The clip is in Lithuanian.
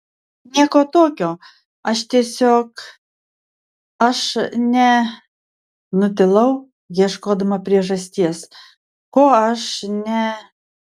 nieko tokio aš tiesiog aš ne nutilau ieškodama priežasties ko aš ne